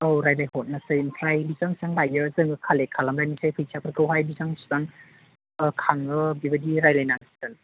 औ रायज्लायहरनोसै ओमफ्राय बेसेबां बेसेबां लायो जों कालेक्ट खालामलायनोसै फैसाफोरखौहाय बेसेबां बेसेबां ओ खाङो बेबायदि रायज्लायनांसिगोन